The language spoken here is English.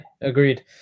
agreed